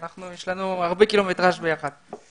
יש לנו הרבה קילומטראז' ביחד.